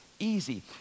easy